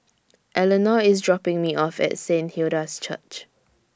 Eleonore IS dropping Me off At Saint Hilda's Church